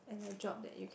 and a job that you can